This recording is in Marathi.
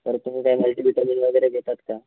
तर तुम्ही काय मल्टीव्हिटॅमिन वगैरे घेतात का